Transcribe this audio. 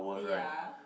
ya